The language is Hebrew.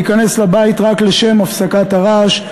להיכנס לבית רק לשם הפסקת הרעש.